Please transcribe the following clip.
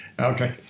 Okay